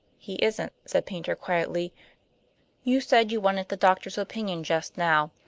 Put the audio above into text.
he isn't, said paynter quietly you said you wanted the doctor's opinion just now.